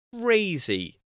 crazy